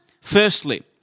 Firstly